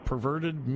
Perverted